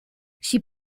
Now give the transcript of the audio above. she